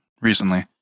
recently